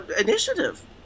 initiative